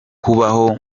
kubaho